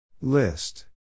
List